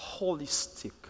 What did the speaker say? holistic